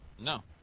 no